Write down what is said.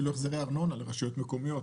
אפילו החזרי ארנונה לרשויות מקומיות,